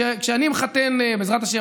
בעזרת השם,